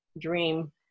dream